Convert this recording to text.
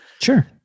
sure